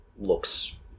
looks